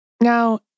Now